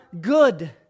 good